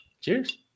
Cheers